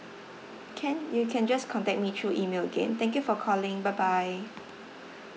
can you can just contact me through email again thank you for calling bye bye